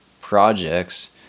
projects